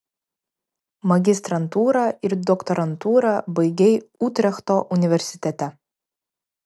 magistrantūrą ir doktorantūrą baigei utrechto universitete